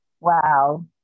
wow